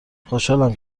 خوشحالم